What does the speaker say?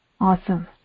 awesome